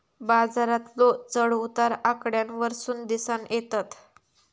बाजारातलो चढ उतार आकड्यांवरसून दिसानं येतत